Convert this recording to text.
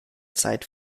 zeit